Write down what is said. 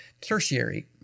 tertiary